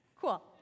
Cool